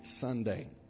Sunday